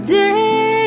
day